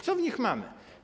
Co w nich mamy?